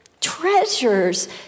treasures